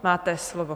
Máte slovo.